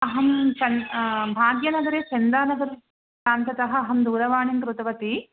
अहं भाग्यनगरे चन्दानगर् प्रान्ततः अहं दूरवाणीं कृतवती